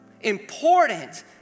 important